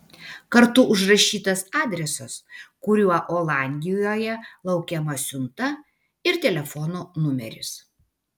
kartu užrašytas adresas kuriuo olandijoje laukiama siunta ir telefono numeris